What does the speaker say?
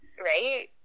Right